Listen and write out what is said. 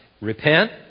Repent